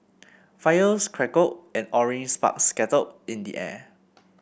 fires crackled and orange sparks scattered in the air